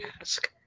ask